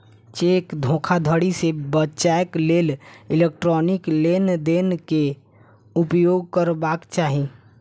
cheque धोखाधड़ी से बचैक लेल इलेक्ट्रॉनिक लेन देन के उपयोग करबाक चाही